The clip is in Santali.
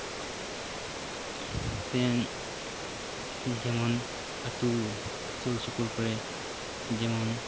ᱡᱮᱢᱚᱱ ᱟᱹᱛᱩ ᱥᱩᱨᱼᱥᱩᱯᱩᱨ ᱠᱚᱨᱮ ᱡᱮᱢᱚᱱ